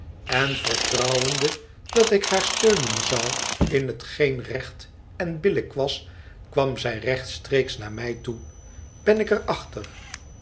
en vertrouwende dat ik haar steunen zou in hetgeen recht en billijk was kwam zij rechtstreeks naar mij toe ben ik